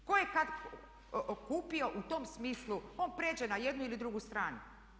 Tko je kada kupio u tom smislu, on pređe na jednu ili drugu stranu.